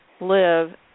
live